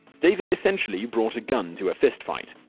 david essentially brought a gun to a fistfight.